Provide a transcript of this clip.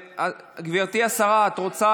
חברת הכנסת אורית מלכה סטרוק,